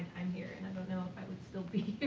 i'm here. and i don't know if i would still be